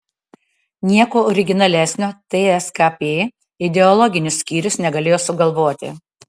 nieko originalesnio tskp ideologinis skyrius negalėjo sugalvoti